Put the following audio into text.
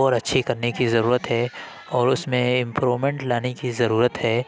اور اچھی کرنے کی ضرورت ہے اور اس میں امپرومنٹ لانے کی ضرورت ہے